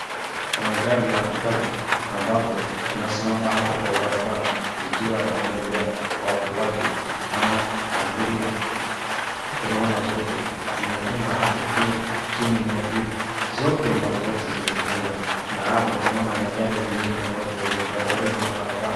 Kuna gari la matatu ambapo inasimama hapo kwa barabara ikiwa inaongojea watu wake ama abiria, tunaona zote zimefunga hapo kioo chini na juu, zote mahali zote zimefungwa na hapo tunaona magari zingine ambapo iko karibu na barabara.